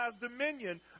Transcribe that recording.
dominion